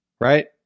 Right